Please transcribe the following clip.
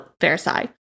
Versailles